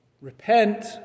Repent